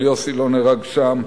אבל יוסי לא נהרג שם.